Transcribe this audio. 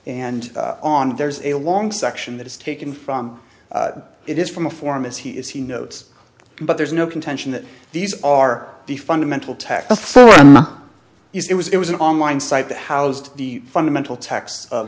and on there's a long section that is taken from it is from a form is he is he notes but there's no contention that these are the fundamental tackle so it was it was an online site that housed the fundamental tax